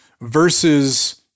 versus